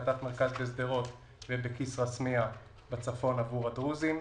ייפתח מרכז בשדרות ובכיס-ראסמיה בצפון עבור הדרוזים.